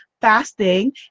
fasting